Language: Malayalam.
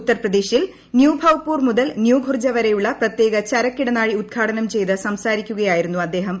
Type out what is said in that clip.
ഉത്തർപ്രദേശിൽ ന്യൂ ഭൌപൂർ മുതൽ ന്യൂ ഖുർജ വരെയുള്ള പ്രത്യേക ചരക്ക് ഇടനാഴി ഉദ്ഘാടനം ചെയ്ത് സംസാരിക്കുകയായിരുന്നു പ്രധാനമന്ത്രി